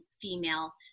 female